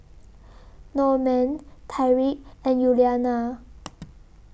Normand Tyriq and Yuliana